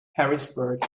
harrisburg